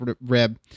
rib